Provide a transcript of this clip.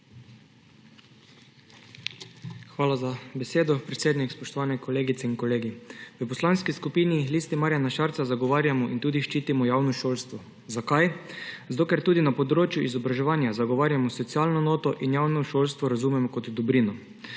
Hvala za besedo, predsednik. Spoštovani kolegice in kolegi! V Poslanski skupini Liste Marjane Šarca zagovarjamo in tudi ščitimo javno šolstvo. Zakaj? Zato ker tudi na področju izobraževanja zagovarjamo socialno noto in javno šolstvo razumemo kot dobrino.